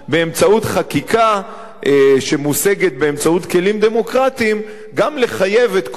חקיקה שמושגת באמצעות כלים דמוקרטיים גם לחייב את כל אזרחי